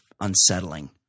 unsettling